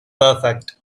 perfect